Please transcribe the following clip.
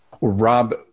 Rob